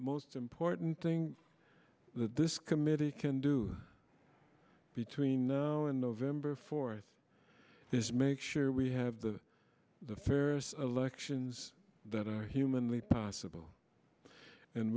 most important thing that this committee can do between now and november fourth is make sure we have the fairest elections that are humanly possible and